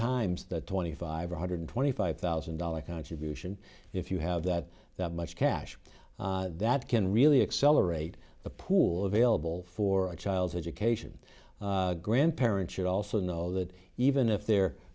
times that twenty five one hundred twenty five thousand dollars contribution if you have that that much cash that can really accelerate the pool available for a child's education grandparents should also know that even if their